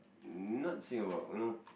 not Singapore you know